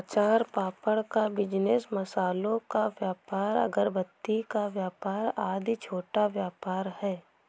अचार पापड़ का बिजनेस, मसालों का व्यापार, अगरबत्ती का व्यापार आदि छोटा व्यापार है